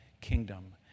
kingdom